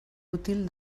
útil